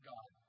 God